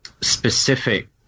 specific